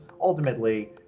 ultimately